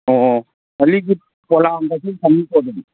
ꯑꯣ ꯂꯤꯒꯤ ꯄꯣꯂꯥꯡꯒꯁꯨ ꯐꯪꯅꯤꯀꯣ ꯑꯗꯨꯝ